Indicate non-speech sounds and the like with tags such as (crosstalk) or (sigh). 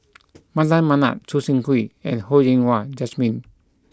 (noise) Mardan Mamat Choo Seng Quee and Ho Yen Wah Jesmine